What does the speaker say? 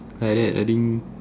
like that I think